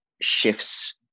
shifts